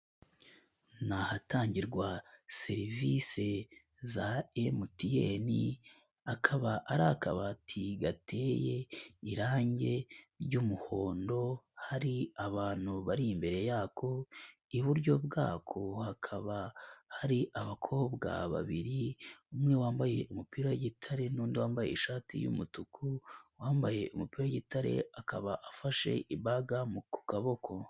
Ni ahatangirwa serivisi za MTN, akaba ari akabati gateye irangi ry'umuhondo, hari abantu bari imbere yako, iburyo bwako hakaba hari abakobwa babiri: umwe wambaye umupira w'igitare n'undi wambaye ishati y'umutuku, uwambaye umupira w'igitare akaba afashe ibaga mu ku kaboko.